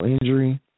injury